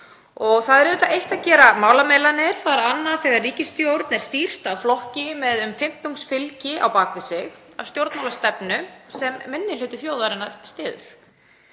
Það er auðvitað eitt að gera málamiðlanir, það er annað þegar ríkisstjórn er stýrt af flokki með um fimmtungsfylgi á bak við sig með stjórnmálastefnu sem minni hluti þjóðarinnar styður.